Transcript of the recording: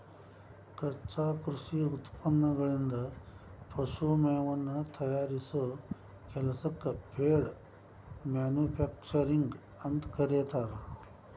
ಕಚ್ಚಾ ಕೃಷಿ ಉತ್ಪನ್ನಗಳಿಂದ ಪಶು ಮೇವನ್ನ ತಯಾರಿಸೋ ಕೆಲಸಕ್ಕ ಫೇಡ್ ಮ್ಯಾನುಫ್ಯಾಕ್ಚರಿಂಗ್ ಅಂತ ಕರೇತಾರ